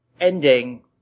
ending